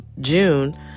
June